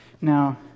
Now